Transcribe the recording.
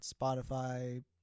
Spotify